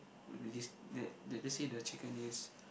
with this that that let's say the chicken is